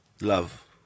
Love